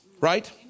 right